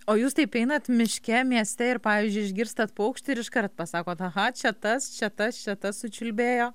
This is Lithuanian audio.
o jūs taip einat miške mieste ir pavyzdžiui išgirstat paukštį ir iškart pasakot aha čia tas čia tas čia tas sučiulbėjo